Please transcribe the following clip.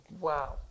Wow